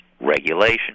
regulation